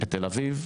בתל אביב,